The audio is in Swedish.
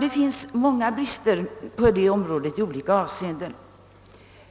Det finns många brister i olika avseenden på